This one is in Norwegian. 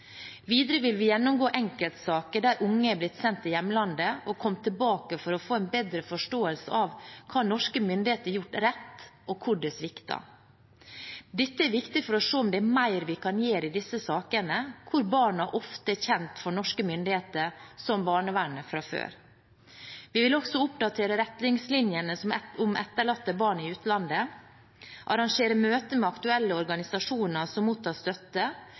Videre vil vi gjennomgå enkeltsaker der unge er blitt sendt til hjemlandet og har kommet tilbake, for å få en bedre forståelse av hva norske myndigheter har gjort rett, og hvor det svikter. Dette er viktig for å se om det er mer vi kan gjøre i disse sakene hvor barnet ofte er kjent for norske myndigheter, som barnevernet, fra før. Vi vil også oppdatere retningslinjene om etterlatte barn i utlandet og arrangere møter med aktuelle organisasjoner som mottar støtte,